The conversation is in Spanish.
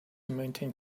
mountain